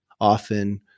often